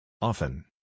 Often